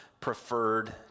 preferred